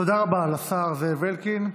תודה רבה לשר זאב אלקין.